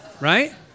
Right